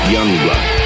Youngblood